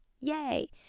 yay